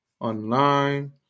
online